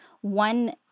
one